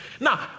Now